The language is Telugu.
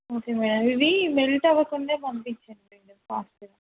ఓకే మ్యాడమ్ ఇవి మెల్ట్ అవకుండా పంపించండి మ్యాడమ్ ఫాస్ట్గా